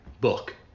book